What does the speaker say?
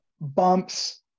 bumps